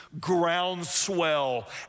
groundswell